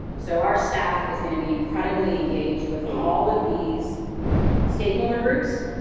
so our staff is gonna be incredibly engaged with all of these stakeholder groups,